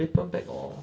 paper bag orh